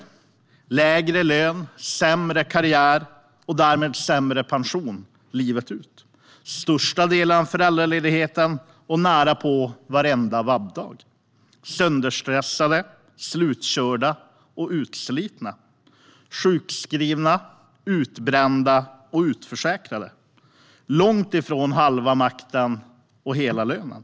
Det är lägre lön, sämre karriär och därmed sämre pension, livet ut. Det är största delen av föräldraledigheten och närapå varenda vab-dag. Man är sönderstressad, slutkörd, utsliten, sjukskriven, utbränd och utförsäkrad. Det är långt ifrån halva makten och hela lönen.